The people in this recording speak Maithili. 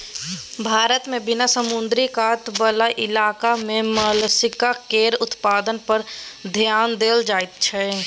भारत मे बिना समुद्र कात बला इलाका मे मोलस्का केर उत्पादन पर धेआन देल जाइत छै